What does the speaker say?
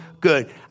good